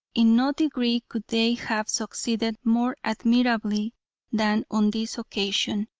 in no degree could they have succeeded more admirably than on this occasion.